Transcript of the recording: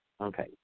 Okay